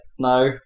No